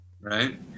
Right